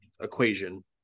equation